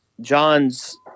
John's